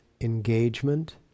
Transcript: engagement